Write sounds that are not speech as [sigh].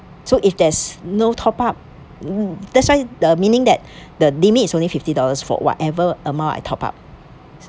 so if there's no top up [noise] that's why the meaning that the limit is only fifty dollars for whatever amount I top up